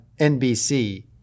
NBC